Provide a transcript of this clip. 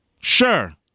sure